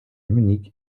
munich